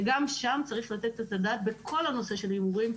שגם שם צריך לתת את הדעת בכל נושא ההימורים,